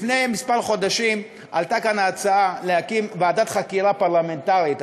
לפני כמה חודשים עלתה פה ההצעה להקים ועדת חקירה פרלמנטרית,